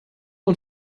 und